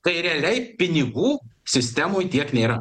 kai realiai pinigų sistemoj tiek nėra